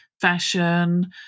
fashion